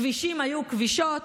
כבישים היו כבישות,